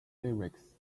lyrics